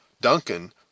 Duncan